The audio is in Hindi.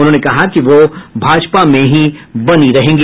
उन्होंने कहा कि वह भाजपा में ही बनी रहेंगी